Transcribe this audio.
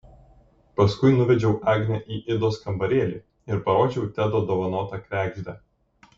paskui nuvedžiau agnę į idos kambarėlį ir parodžiau tedo dovanotą kregždę